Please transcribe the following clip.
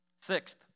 Sixth